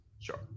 Sure